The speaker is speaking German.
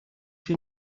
wir